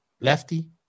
Lefty